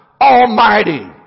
Almighty